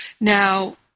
Now